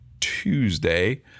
tuesday